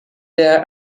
der